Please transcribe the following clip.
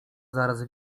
zaraz